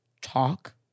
Talk